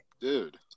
Dude